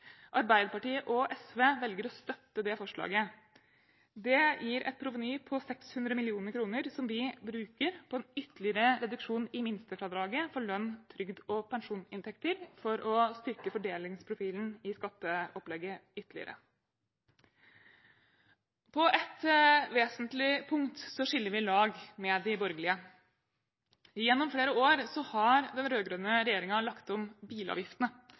Arbeiderpartiet og SV velger å støtte det forslaget. Det gir et proveny på 600 mill. kr som vi bruker på en ytterligere reduksjon i minstefradraget på lønn, trygd og pensjonsinntekter for å styrke fordelingsprofilen i skatteopplegget ytterligere. På ett vesentlig punkt skiller vi lag med de borgerlige. Gjennom flere år har den rød-grønne regjeringen lagt om bilavgiftene